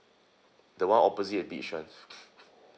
the one opposite the beach [one]